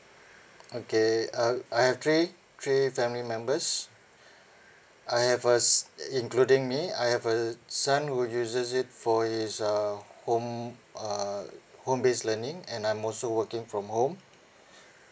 okay um I have three three family members I have uh s~ including me I have a son who uses it for his uh home uh home base learning and I'm also working from home